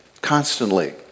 constantly